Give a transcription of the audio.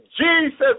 Jesus